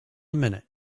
minute